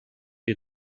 you